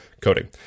coding